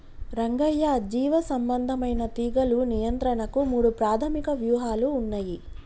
రంగయ్య జీవసంబంధమైన తీగలు నియంత్రణకు మూడు ప్రాధమిక వ్యూహాలు ఉన్నయి